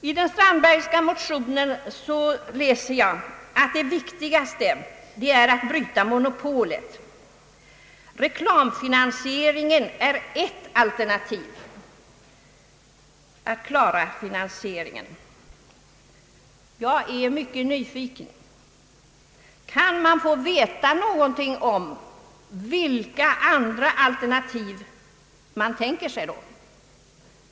I den Strandbergska motionen läser jag att det viktigaste är att bryta monopolet och att reklamfinansieringen är ett alternativ att klara finansieringen. Jag är mycket nyfiken. Kan man få veta vilka andra alternativ herr Strandberg tänker sig.